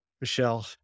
Michelle